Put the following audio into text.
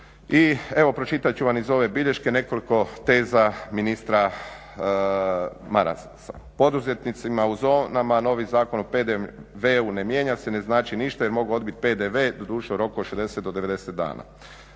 I evo pročitat ću vam iz ove bilješke nekoliko teza ministra Marasa. Poduzetnicima u zonama novi Zakon o PDV-u ne mijenja se, ne znači ništa jer mogu odbiti PDV, doduše u roku od 60 do 90 dana.